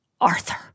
Arthur